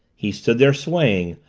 he stood there swaying,